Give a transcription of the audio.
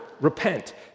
repent